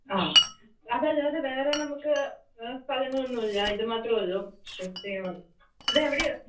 ആ അതല്ലാതെ വേറെ നമുക്ക് സ്ഥലങ്ങളൊന്നും ഇല്ല ഇത് മാത്രം ഉള്ളൂ ഇത് എവിടെയാണ്